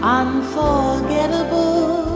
unforgettable